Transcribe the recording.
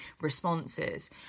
responses